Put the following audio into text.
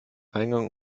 eingang